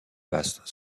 passe